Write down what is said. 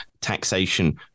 taxation